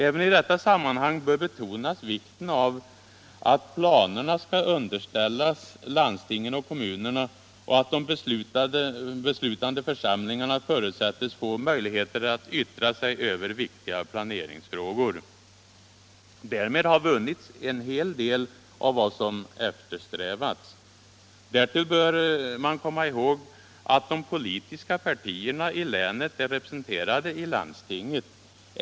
Även i detta sammanhang bör betonas vikten av att planerna skall underställas landstingen och kommunerna och att de beslutande församlingarna förutsätts få möj lighet att yttra sig över viktiga planeringsfrågor. Därmed har vunnits en hel del av vad som eftersträvats. Dessutom bör man komma ihåg att de politiska partierna i länet är representerade i landstinget.